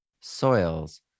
soils